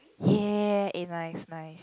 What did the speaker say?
ya eh nice nice